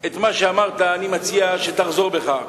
את מה שאמרת, אני מציע שתחזור בך.